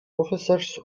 officers